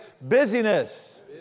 busyness